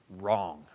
Wrong